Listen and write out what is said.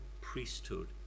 priesthood